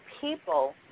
people